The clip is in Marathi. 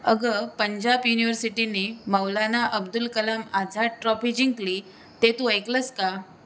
अगं पंजाब युनिव्हर्सिटीने मौलाना अब्दुल कलाम आझाद ट्रॉफी जिंकली ते तू ऐकलं आहेस का